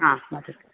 वदतु